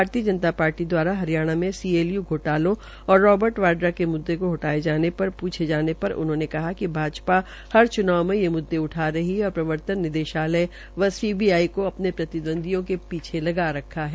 भारतीय जनता पार्टी द्वारा हरियाणा में सीएलयू घोटाले और राबर्ट वाड्रा के मुद्दे उठाये जाने पर पूछे जानेपर उन्होंने कहा कि भाजपा हर च्नाव में ये मुद्दा उठा रही है और प्रवर्तन निदेशालय व सीबीआई के अपने प्रतिद्वव्दियों के पीछे लगा रखा है